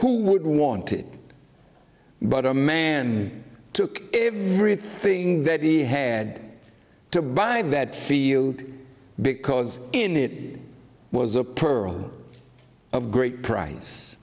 who would want it but a man took everything that he had to buy that field because in it was a pearl of great price